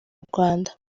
rwanda